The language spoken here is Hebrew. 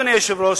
אדוני היושב-ראש,